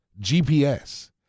GPS